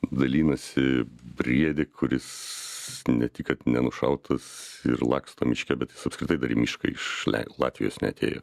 dalinasi briedį kuris ne tik kad nenušautas ir laksto miške bet jis apskritai dar į mišką iš latvijos neatėjo